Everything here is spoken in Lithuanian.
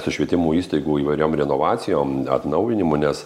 su švietimo įstaigų įvairiom renovacijom atnaujinimu nes